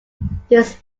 this